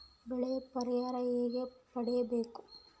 ಬೆಳೆ ಪರಿಹಾರ ಹೇಗೆ ಪಡಿಬೇಕು?